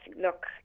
look